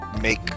make